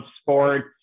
sports